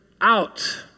out